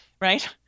right